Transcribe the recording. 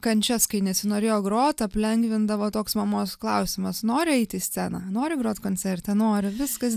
kančias kai nesinorėjo grot aplengvindavo toks mamos klausimas nori eiti į sceną nori grot koncerte noriu viskas